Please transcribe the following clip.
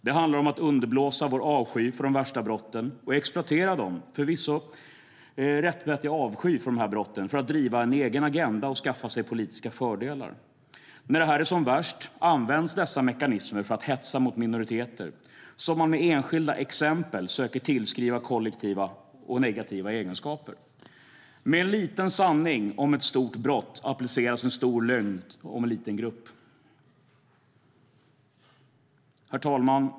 Det handlar om att underblåsa vår avsky för de värsta brotten och exploatera denna förvisso rättmätiga avsky för brotten för att driva en egen agenda och skaffa sig politiska fördelar. När detta är som värst används dessa mekanismer för att hetsa mot minoriteter, som man med enskilda exempel söker tillskriva kollektiva och negativa egenskaper. Med en liten sanning om ett stort brott appliceras en stor lögn om en liten grupp. Herr talman!